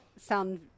sound